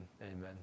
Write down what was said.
Amen